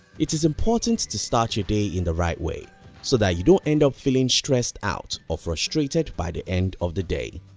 it is important to start your day in the right way so that you don't end up feeling stressed out or frustrated by the end of the day.